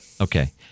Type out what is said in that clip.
Okay